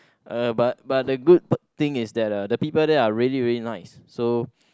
uh but but the good thing is that uh the people there are really really nice so